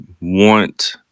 want